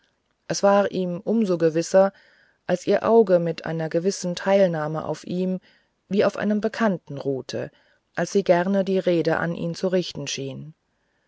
es war ihm um so gewisser als ihr auge mit einer gewissen teilnahme auf ihm wie auf einem bekannten ruhte als sie gerne die rede an ihn zu richten schien